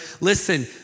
Listen